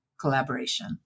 collaboration